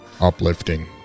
uplifting